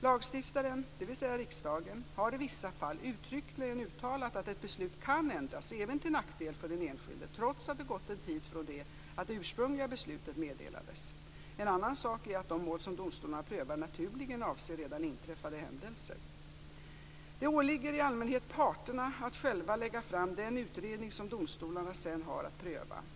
Lagstiftaren, dvs. riksdagen, har i vissa fall uttryckligen uttalat att ett beslut kan ändras även till nackdel för den enskilde trots att det gått en tid från det att det ursprungliga beslutet meddelades. En annan sak är att de mål som domstolarna prövar naturligen avser redan inträffade händelser. Det åligger i allmänhet parterna att själva lägga fram den utredning som domstolarna sedan har att pröva.